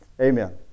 Amen